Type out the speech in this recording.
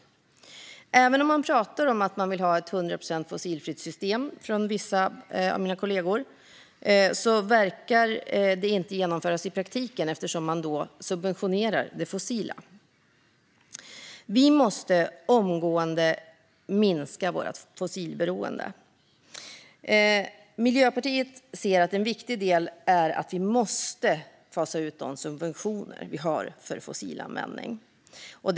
Även om vissa av mina kollegor pratar om att man vill ha ett 100 procent fossilfritt system verkar det inte genomföras i praktiken eftersom man subventionerar det fossila. Vi måste omgående minska vårt fossilberoende. Miljöpartiet anser att en viktig del är att vi måste fasa ut de subventioner av fossilanvändning som vi har i dag.